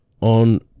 on